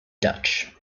dutch